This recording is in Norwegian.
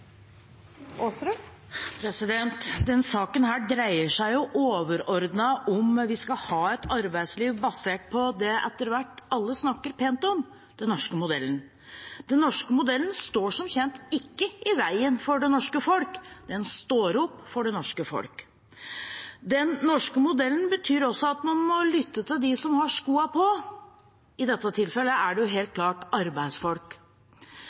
basert på det som alle etter hvert snakker pent om: den norske modellen. Den norske modellen står som kjent ikke i veien for det norske folk – den står opp for det norske folk. Den norske modellen innebærer også at man må lytte til dem som har skoene på, og i dette tilfellet er det helt klart arbeidsfolk.